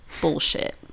...bullshit